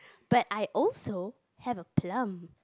but I also have a plum